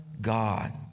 God